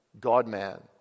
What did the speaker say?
God-man